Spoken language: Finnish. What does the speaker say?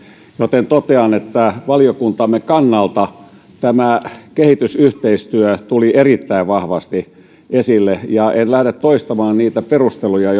joten totean että valiokuntamme kannalta kehitysyhteistyö tuli erittäin vahvasti esille en lähde toistamaan niitä perusteluja